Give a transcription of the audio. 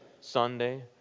Sunday